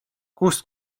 kust